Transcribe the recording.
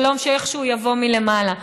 שלום שאיכשהו יבוא מלמעלה,